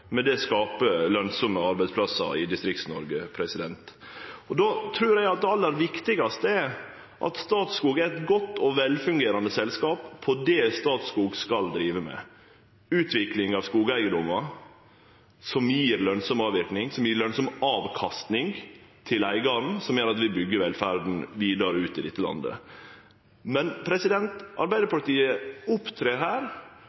med det skape lønsame arbeidsplassar i Distrikts-Noreg. Då trur eg det aller viktigaste er at Statskog er eit godt og velfungerande selskap på det Statskog skal drive med: utvikling av skogeigedomar som gjev lønsam avverking, som gjev lønsam avkasting til eigaren, som gjer at vi byggjer velferda vidare ut i dette landet. Arbeidarpartiet opptrer her